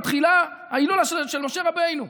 מתחילה ההילולה של משה רבנו,